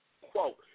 quote